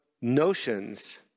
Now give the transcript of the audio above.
notions